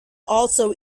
also